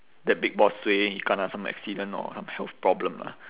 the big boss suay he kena some accident or some health problem lah